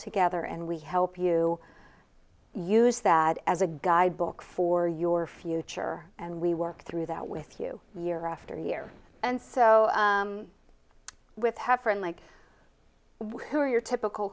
together and we help you use that as a guide book for your future and we work through that with you year after year and so with heffron like who are your typical